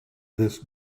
this